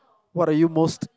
what are you most